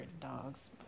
dogs